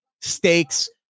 stakes